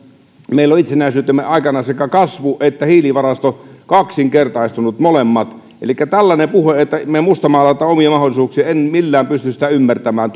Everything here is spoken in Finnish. meillä ovat itsenäisyytemme aikana sekä kasvu että hiilivarasto kaksinkertaistuneet molemmat elikkä tällaista puhetta että me mustamaalaamme omia mahdollisuuksiamme en millään pysty ymmärtämään